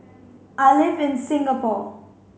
I live in Singapore